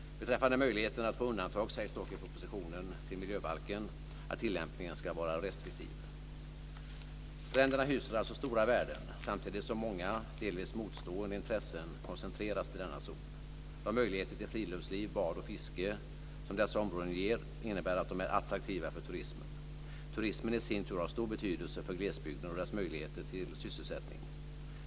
Beträffande möjligheten att få undantag sägs dock i propositionen till miljöbalken att tillämpningen ska vara restriktiv. Stränderna hyser alltså stora värden samtidigt som många, delvis motstående, intressen koncentreras till denna zon. De möjligheter till friluftsliv, bad och fiske som dessa områden ger innebär att de är attraktiva för turismen. Turismen i sin tur har stor betydelse för glesbygden och dess möjligheter till sysselsättning.